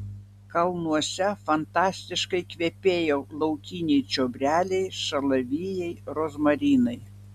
kalnuose fantastiškai kvepėjo laukiniai čiobreliai šalavijai rozmarinai